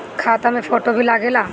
खाता मे फोटो भी लागे ला?